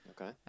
okay